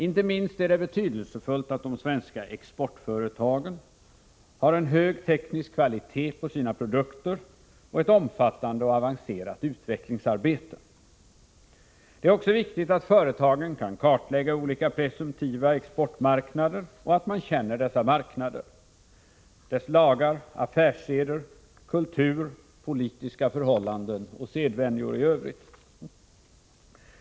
Inte minst är det betydelsefullt att de svenska exportföretagen har en hög teknisk kvalitet på sina produkter och ett omfattande och avancerat utvecklingsarbete. Det är också viktigt att företagen kan kartlägga olika presumtiva exportmarknader och att man känner dessa marknader — deras lagar, affärsseder, kultur, politiska förhållanden och sedvänjor i övrigt.